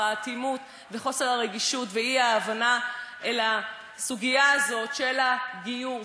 האטימות וחוסר הרגישות ואי-ההבנה בסוגיה הזאת של הגיור,